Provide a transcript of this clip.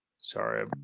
Sorry